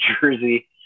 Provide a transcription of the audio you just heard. jersey